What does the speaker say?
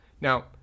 now